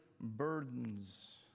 burdens